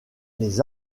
les